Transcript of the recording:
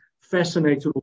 fascinated